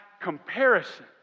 comparison